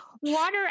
water